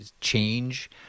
change